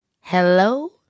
Hello